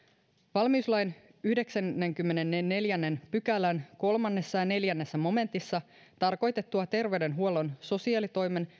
valmiuslain yhdeksännenkymmenennenneljännen pykälän kolme ja neljä momentissa tarkoitettua terveydenhuollon sosiaalitoimen